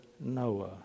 Noah